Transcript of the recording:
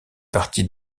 partie